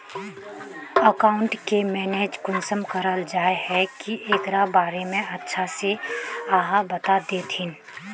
Account के manage कुंसम कराल जाय है की एकरा बारे में अच्छा से आहाँ बता देतहिन?